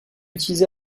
utilisé